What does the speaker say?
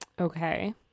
Okay